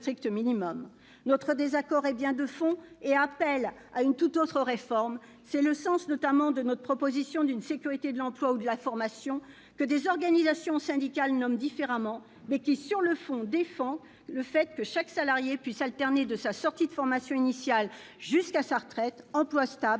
Notre désaccord porte bien sur le fond : nous appelons à une tout autre réforme. C'est le sens, notamment, de notre proposition d'une sécurité de l'emploi et de la formation, que des organisations syndicales nomment différemment, même si l'objectif est le même : chaque salarié doit pouvoir alterner, de sa sortie de formation initiale jusqu'à sa retraite, emplois stables